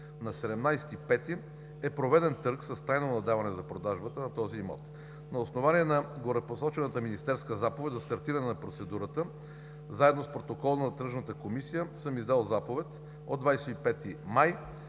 На 17 май е проведен търг с тайно наддаване за продажбата на този имот. На основание на горепосочената министерска заповед за стартиране на процедурата, заедно с протокол на тръжната комисия, съм издал заповед от 25 май